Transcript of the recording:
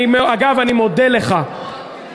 או מדינה אחת לשני העמים.